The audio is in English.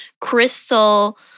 crystal